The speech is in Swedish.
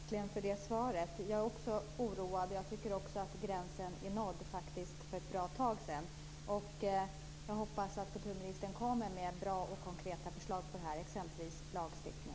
Herr talman! Jag tackar för det svaret. Också jag är oroad, och jag tycker att gränsen sedan ett bra tag är nådd. Jag hoppas att kulturministern kommer med bra och konkreta förslag på det här området, exempelvis lagstiftning.